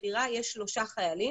בדירה יש 3 חיילים,